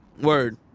word